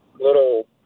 little